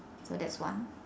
so that's one